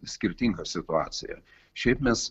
skirtinga situacija šiaip mes